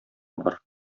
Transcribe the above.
бар